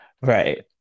right